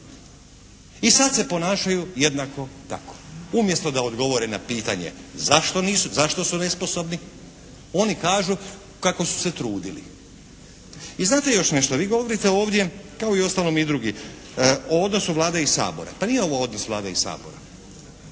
I sad se ponašaju jednako tako. Umjesto da odgovore na pitanje zašto nisu, zašto su nesposobni oni kažu kako su se trudili. I znate još nešto. Vi govorite ovdje kao uostalom i drugi o odnosu Vlade i Sabora. Pa nije ovo odnos Vlade i Sabora.